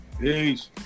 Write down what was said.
Peace